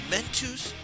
Mentus